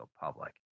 public